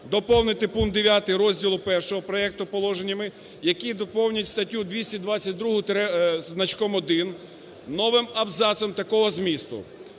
доповнити пункт 9 розділу І проекту положеннями, які доповнюють статтю 222 зі значком "1" новим абзацом такого змісту: